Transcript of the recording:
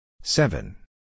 Seven